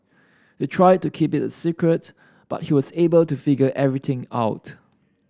they tried to keep it a secret but he was able to figure everything out